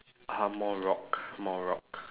uh more rock more rock